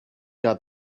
got